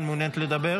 אתה מעוניין לדבר?